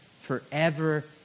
forever